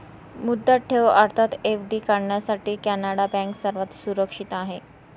मुदत ठेव अर्थात एफ.डी काढण्यासाठी कॅनडा बँक सर्वात सुरक्षित आहे